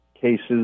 cases